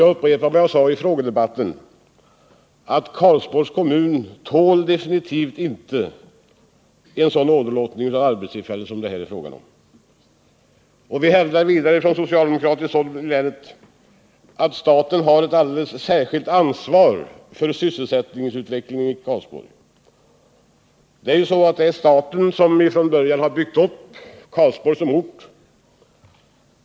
Jag upprepar vad jag sade i frågedebatten, att Karlsborgs kommun definitivt inte tål den stora åderlåtning av arbetstillfällen som det här är fråga om. Vi hävdar vidare från socialdemokratiskt håll i länet att staten har ett alldeles särskilt ansvar för sysselsättningsutvecklingen i Karlsborg. Det är ju staten som från början byggt upp Karlsborg som ort.